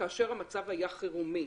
כאשר המצב היה חירומי.